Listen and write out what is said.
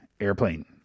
airplane